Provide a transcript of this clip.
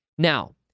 Now